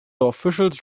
officials